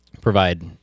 provide